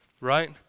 right